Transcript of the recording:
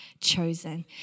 chosen